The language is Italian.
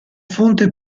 fonte